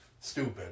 stupid